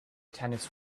tennis